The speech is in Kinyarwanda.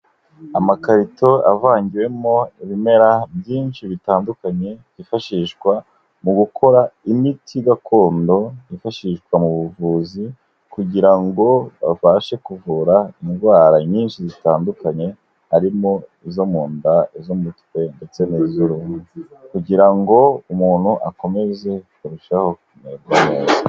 Amakarito avangiwemo ibimera byinshi bitandukanye, byifashishwa mu gukora imiti gakondo, yifashishwa mu buvuzi, kugira ngo babashe kuvura indwara nyinshi zitandukanye, harimo izo mu nda, iz'umutwe ndetse n'izuruhu, kugira ngo umuntu akomeze kurushaho kumererwa neza.